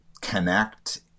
connect